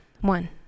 one